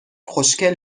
خوشگل